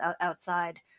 outside